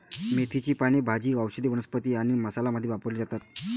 मेथीची पाने भाजी, औषधी वनस्पती आणि मसाला मध्ये वापरली जातात